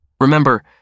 Remember